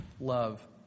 love